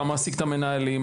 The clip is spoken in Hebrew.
אתה מעסיק את המורים,